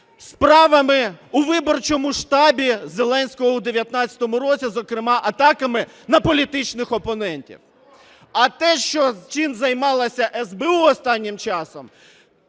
справами у виборчому штабі Зеленського в 2019 році, а, зокрема, атаками на політичних опонентів. А те, чим займалася СБУ останнім часом,